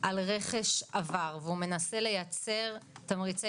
על רכש עבר והוא מנסה לייצר תמריצי